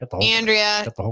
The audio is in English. Andrea